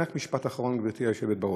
רק משפט אחרון, גברתי היושבת בראש,